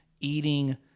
eating